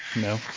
No